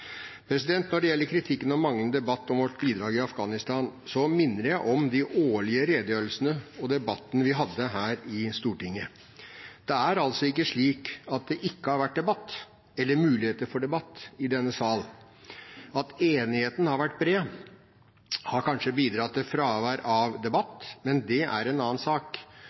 Når det gjelder kritikken om manglende debatt om vårt bidrag i Afghanistan, minner jeg om de årlige redegjørelsene og debattene vi har hatt her i Stortinget. Det er altså ikke slik at det ikke har vært debatt eller muligheter for debatt i denne sal. At enigheten har vært bred, har kanskje bidratt til fravær av debatt. Men det er en annen sak,